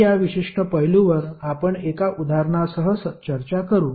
तर या विशिष्ट पैलूवर आपण एका उदाहरणासह चर्चा करू